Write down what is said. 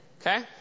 Okay